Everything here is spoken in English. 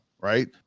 right